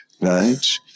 right